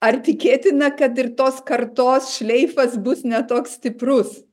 ar tikėtina kad ir tos kartos šleifas bus ne toks stiprus